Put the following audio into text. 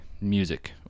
music